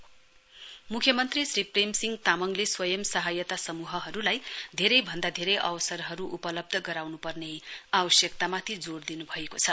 CM मुख्यमन्त्री श्री प्रेमसिंह तामङले स्वयं सहायता समूहहरुलाई धेरै भन्दा धेरै अवसरहरु उपलब्ध गराउनुपर्ने आवश्यकतामाथि जोड़ दिनु भएको छ